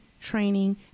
training